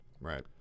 Right